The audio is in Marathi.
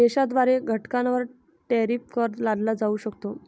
देशाद्वारे घटकांवर टॅरिफ कर लादला जाऊ शकतो